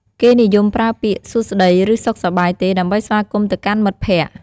គេនិយមប្រើពាក្យ "សួស្ដី" ឬ "សុខសប្បាយទេ" ដើម្បីស្វាគមន៍ទៅកាន់មិត្តភក្តិ។